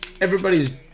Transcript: everybody's